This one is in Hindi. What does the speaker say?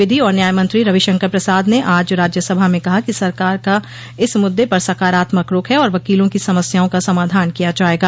विधि और न्याय मंत्री रविशंकर प्रसाद ने आज राज्यसभा में कहा कि सरकार का इस मूद्दे पर सकारात्मक रूख है और वकीलों की समस्याओं का समाधान किया जाएगा